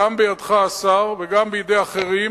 גם בידך השר וגם בידי אחרים.